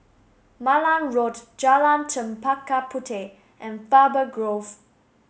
Malan Road Jalan Chempaka Puteh and Faber Grove